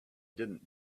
didn’t